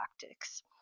tactics